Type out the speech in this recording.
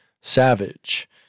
savage